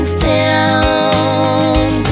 sound